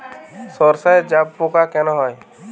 সর্ষায় জাবপোকা কেন হয়?